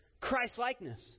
Christ-likeness